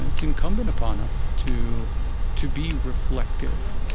it's incumbent upon us to to be reflective,